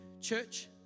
Church